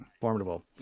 formidable